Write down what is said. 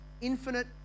infinite